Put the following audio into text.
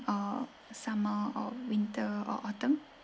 or summer or winter or autumn